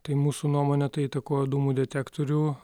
tai mūsų nuomone tai įtakojo dūmų detektorių